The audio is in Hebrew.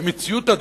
במציאות,